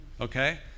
Okay